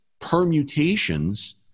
permutations